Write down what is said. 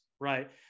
right